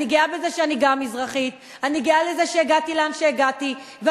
אני גאה בזה שהגעתי לאן שהגעתי,